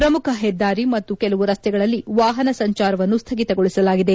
ಪ್ರಮುಖ ಹೆದ್ದಾರಿ ಮತ್ತು ಕೆಲವು ರಸ್ತೆಗಳಲ್ಲಿ ವಾಹನ ಸಂಚಾರವನ್ನು ಸ್ನಗಿತಗೊಳಿಸಲಾಗಿದೆ